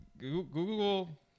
Google